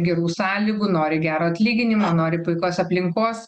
gerų sąlygų nori gero atlyginimo nori puikios aplinkos